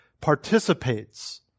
participates